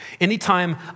anytime